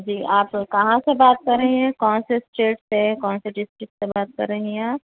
جی آپ کہاں سے بات کر رہی ہیں کون سے اسٹیٹ سے کون سی ڈسٹرکٹ سے بات کر رہی ہیں آپ